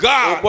God